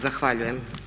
Zahvaljujem.